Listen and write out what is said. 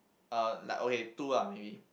uh like okay two ah maybe